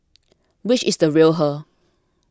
which is the real her